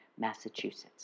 Massachusetts